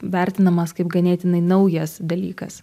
vertinamas kaip ganėtinai naujas dalykas